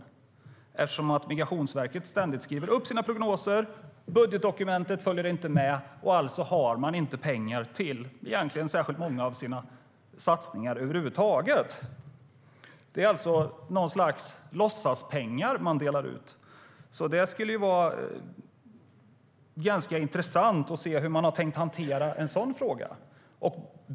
Migrationsverket skriver ständigt upp sina prognoser och budgetdokumentet följer inte med. Alltså har man inte pengar till särskilt många av sina satsningar över huvud taget. Det är alltså något slags låtsaspengar man delar ut. Det skulle vara ganska intressant att höra hur man har tänkt hantera en sådan fråga.